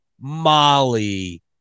Molly